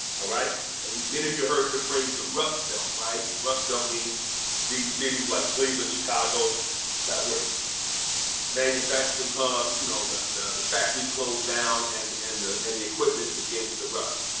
alright. and many of you heard the phrase the rust belt, right? and rust belt means these cities like cleveland, chicago that were manufacturing hubs, you know the the factories, closed down and and the and the equipment begins to rust.